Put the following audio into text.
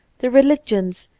the religions,